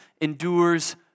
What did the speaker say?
endures